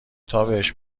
تابهش